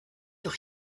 doch